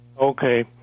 okay